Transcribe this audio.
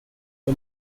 for